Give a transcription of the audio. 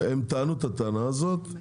הם טענו את הטענה הזאת.